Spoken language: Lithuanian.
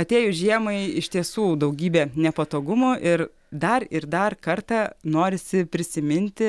atėjus žiemai iš tiesų daugybė nepatogumo ir dar ir dar kartą norisi prisiminti